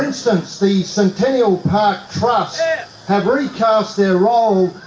instance, the centennial park trust have recast their role,